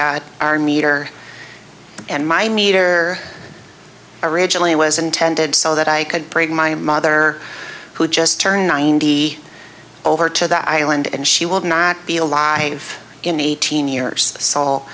got our meter and my meter originally was intended so that i could break my mother who just turned nine d over to that island and she will not be alive in eighteen years s